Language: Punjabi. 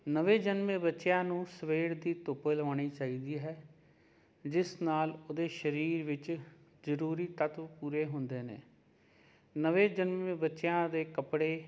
ਨਵੇਂ ਜਨਮੇ ਬੱਚਿਆਂ ਨੂੰ ਸਵੇਰ ਦੀ ਧੁੱਪ ਲਵਾਉਣੀ ਚਾਹੀਦੀ ਹੈ ਜਿਸ ਨਾਲ ਉਹਦੇ ਸ਼ਰੀਰ ਵਿੱਚ ਜ਼ਰੂਰੀ ਤੱਤਵ ਪੂਰੇ ਹੁੰਦੇ ਨੇ ਨਵੇਂ ਜਨਮੇ ਬੱਚਿਆਂ ਦੇ ਕੱਪੜੇ